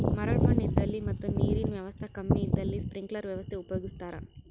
ಮರಳ್ ಮಣ್ಣ್ ಇದ್ದಲ್ಲಿ ಮತ್ ನೀರಿನ್ ವ್ಯವಸ್ತಾ ಕಮ್ಮಿ ಇದ್ದಲ್ಲಿ ಸ್ಪ್ರಿಂಕ್ಲರ್ ವ್ಯವಸ್ಥೆ ಉಪಯೋಗಿಸ್ತಾರಾ